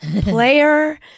player